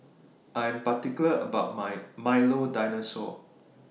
I Am particular about My Milo Dinosaur